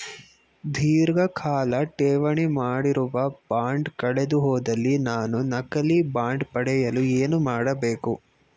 ಧೀರ್ಘಕಾಲ ಠೇವಣಿ ಮಾಡಿರುವ ಬಾಂಡ್ ಕಳೆದುಹೋದಲ್ಲಿ ನಾನು ನಕಲಿ ಬಾಂಡ್ ಪಡೆಯಲು ಏನು ಮಾಡಬೇಕು?